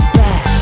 back